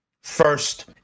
first